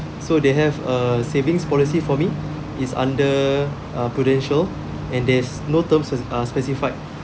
so they have a savings policy for me it's under uh Prudential and there's no terms are uh specified